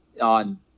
on